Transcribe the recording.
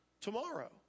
tomorrow